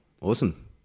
Awesome